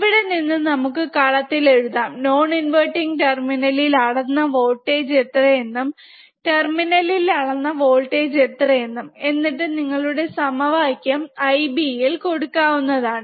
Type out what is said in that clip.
ഇവിടെ നിന്ന് നമുക്ക് കളത്തിൽ എഴുതാം നോൺ ഇൻവെർട്ടിങ് ടെർമിനലിൽ അളന്ന വോൾടേജ് എത്ര എന്നും ടെർമിനലിൽ അളന്ന വോൾടേജ് എത്ര എന്നും എന്നിട്ട് നിങ്ങളുടെ സമവാക്യം Ib യിൽ കൊടുക്കാവുന്നതാണ്